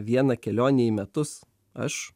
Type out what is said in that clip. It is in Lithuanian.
viena kelionę į metus aš